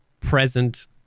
present